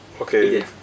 Okay